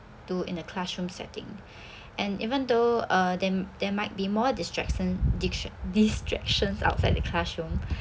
to in a classroom setting and even though uh them there might be more distraction dic~ distractions outside the classroom